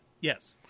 Yes